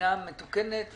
מדינה מתוקנת ומסודרת?